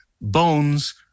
Bones